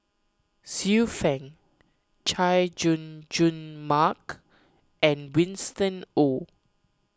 Xiu Fang Chay Jung Jun Mark and Winston Oh